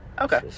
Okay